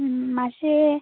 মাসে